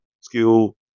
skill